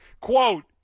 Quote